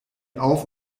auf